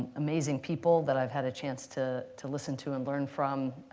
amazing people that i've had a chance to to listen to and learn from.